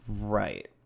Right